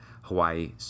hawaii